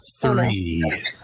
three